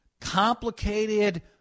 complicated